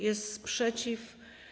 Jest sprzeciw.